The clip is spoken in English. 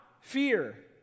fear